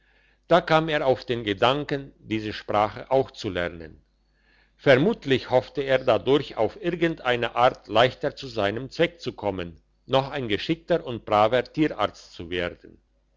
da kam er auf den gedanken diese sprache auch zu lernen vermutlich hoffte er dadurch auf irgend eine art leichter zu seinem zweck zu kommen noch ein geschickter und braver tierarzt zu werden